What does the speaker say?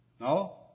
No